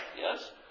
yes